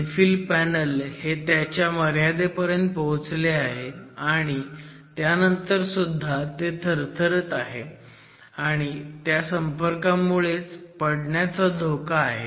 infill panel हे त्याच्या मर्यादेपर्यंत पोहोचले आहे आणि त्यानंतर सुद्धा ते थरथरत आहे आणि त्या संपर्कामुळे पडण्याचा धोका आहे